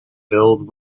filled